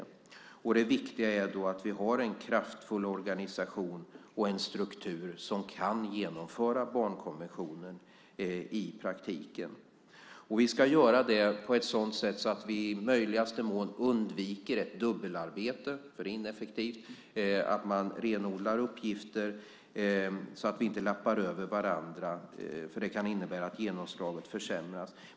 Det viktiga är då att vi har en kraftfull organisation och en struktur som kan genomföra barnkonventionen i praktiken. Vi ska göra det på ett sådant sätt att vi i möjligaste mån undviker ett dubbelarbete - det är ineffektivt - och renodlar uppgifter så att vi inte lappar över varandra, för det kan innebära att genomslaget försämras.